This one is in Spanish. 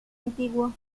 antiguo